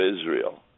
Israel